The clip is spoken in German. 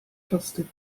plastik